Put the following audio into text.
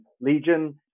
Legion